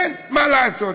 אין, מה לעשות.